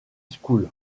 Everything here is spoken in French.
school